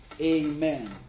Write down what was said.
Amen